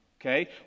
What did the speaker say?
okay